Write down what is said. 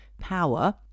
power